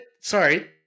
Sorry